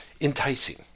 enticing